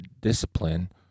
discipline